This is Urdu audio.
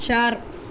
چار